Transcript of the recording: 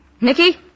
Nicky